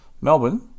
Melbourne